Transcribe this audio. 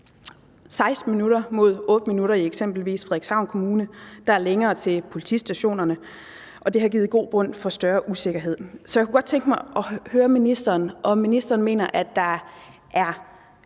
16 minutter mod 8 minutter i eksempelvis Frederikshavn Kommune – og der er længere til politistationerne, og det har givet grobund for større usikkerhed. Så jeg kunne godt tænke mig at høre ministeren, om ministeren mener, at